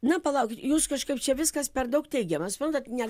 na palaukit jūs kažkaip čia viskas per daug teigiama suprantat ne